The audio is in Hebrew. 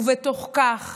ובתוך כך